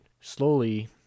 slowly